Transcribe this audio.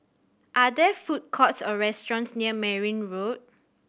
are there food courts or restaurants near Merryn Road